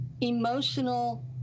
emotional